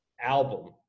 album